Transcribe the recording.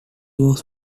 was